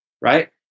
right